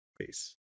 Peace